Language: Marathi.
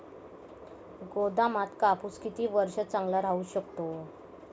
गोदामात कापूस किती वर्ष चांगला राहू शकतो?